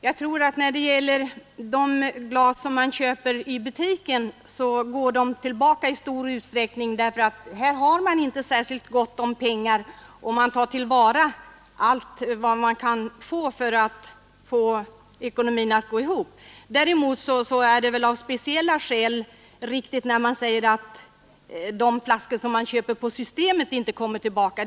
Jag tror att de glas som man köper i butiken går tillbaka i stor utsträckning, därför att man här inte har särskilt gott om pengar, utan man tar till vara allt man kan för att få ekonomin att gå ihop. Däremot kan jag kanske hålla med om att det av speciella skäl är riktigt när man säger att de flaskor som köps på Systemet inte kommer tillbaka.